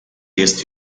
jest